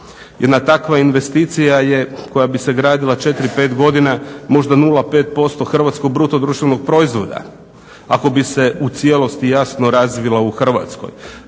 Jedna takva investicija je koja bi se gradila 4, 5 godina možda 0,5% hrvatskog BDP-a. Ako bi se u cijelosti jasno razvila u Hrvatskoj